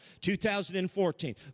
2014